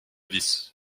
vis